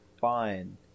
fine